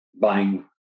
buying